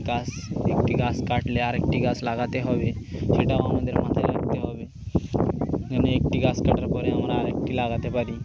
গাছ একটি গাছ কাটলে আরেকটি গাছ লাগাতে হবে সেটাও আমাদের মাথায় রাখতে হবে যেন একটি গাছ কাটার পরে আমরা আরেকটি লাগাতে পারি